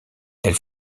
elle